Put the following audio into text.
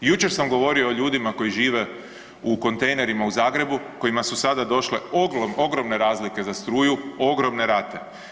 Jučer sam govorio o ljudima koji žive u kontejnerima u Zagrebu kojima su sada došle ogromne razlike za struju, ogromne rate.